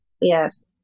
Yes